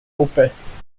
opus